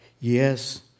Yes